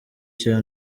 cya